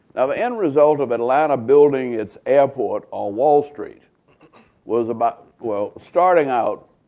the end result of atlanta building its airport on wall street was but well, starting out,